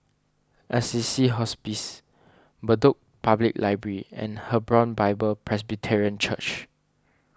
Assisi Hospice Bedok Public Library and Hebron Bible Presbyterian Church